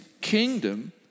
kingdom